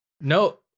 No